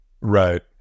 right